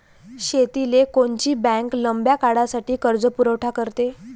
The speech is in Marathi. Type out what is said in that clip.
शेतीले कोनची बँक लंब्या काळासाठी कर्जपुरवठा करते?